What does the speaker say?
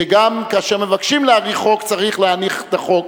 שגם כאשר מבקשים להביא חוק צריך להניח את החוק,